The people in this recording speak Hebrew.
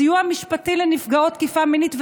סיוע משפטי לנפגעות תקיפה מינית,